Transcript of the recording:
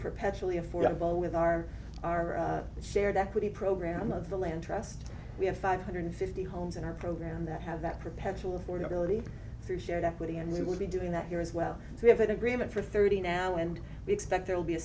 perpetually affordable with our our shared equity program of the land trust we have five hundred fifty homes in our program that have that perpetual for nobility through shared equity and we will be doing that here as well as we have an agreement for thirty now and we expect there will be a